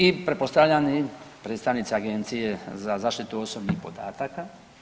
I pretpostavljam i predstavnici Agencije za zaštitu osobnih podataka.